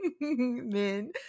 men